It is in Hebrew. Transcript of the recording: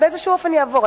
באיזשהו אופן יעבור.